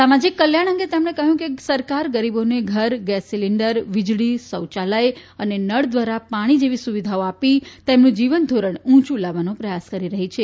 સામાજીક કલ્યાણ અંગે તેમણે કહ્યું કે સરકાર ગરીબોને ઘર ગેસ સીલીન્ડર વીજળી શૌચાલય અને નળ દ્વારા પાણી જેવી સુવિધાઓ આપી તેમનું જીવન ધોરણ ઉંચું લાવવાનો પ્રયાસ કરી રહી છે